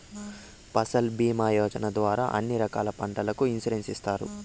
ఫసల్ భీమా యోజన ద్వారా అన్ని రకాల పంటలకు ఇన్సురెన్సు ఇత్తారు